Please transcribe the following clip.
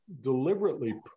deliberately